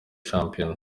shampiyona